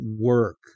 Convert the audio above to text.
work